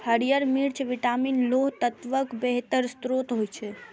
हरियर मिर्च विटामिन, लौह तत्वक बेहतर स्रोत होइ छै